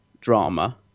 drama